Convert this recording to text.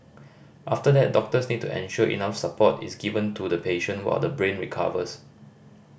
after that doctors need to ensure enough support is given to the patient while the brain recovers